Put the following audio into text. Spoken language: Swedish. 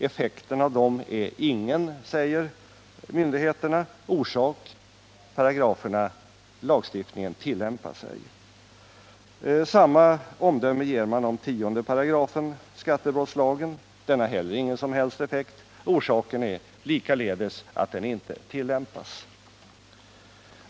Effekten av dem är ingen, säger myndigheterna. Orsak: lagstiftningen tillämpas ej. Samma omdöme ger man om 10 § skattebrottslagen. Den har heller ingen som helst effekt. Orsaken är likaledes att den inte tillämpas.